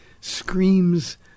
screams